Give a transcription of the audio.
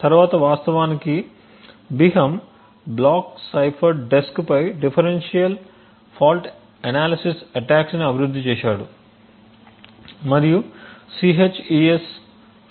తరువాత వాస్తవానికి Biham block cipher డెస్క్పై డిఫరెన్సియల్ ఫాల్ట్ అనాలసిస్ అటాక్స్ని అభివృద్ధి చేశాడు మరియు CHES